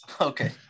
Okay